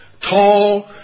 Tall